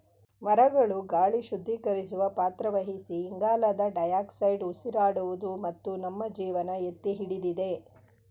ಮರಗಳು ಗಾಳಿ ಶುದ್ಧೀಕರಿಸುವ ಪಾತ್ರ ವಹಿಸಿ ಇಂಗಾಲದ ಡೈಆಕ್ಸೈಡ್ ಉಸಿರಾಡುವುದು ಮತ್ತು ನಮ್ಮ ಜೀವನ ಎತ್ತಿಹಿಡಿದಿದೆ